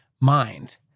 mind